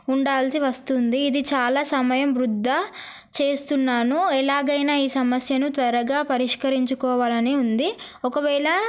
ఉండాల్సి వస్తుంది ఇది చాలా సమయం వృధా చేస్తున్నాను ఎలాగైనా ఈ సమస్యను త్వరగా పరిష్కరించుకోవాలని ఉంది ఒకవేళ